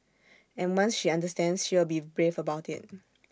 and once she understands she will be brave about IT